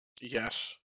Yes